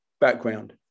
background